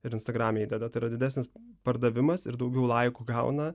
ir instagrame įdeda tai yra didesnis pardavimas ir daugiau laikų gauna